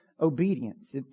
obedience